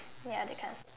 ya that kind of